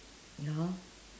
ya